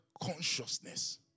consciousness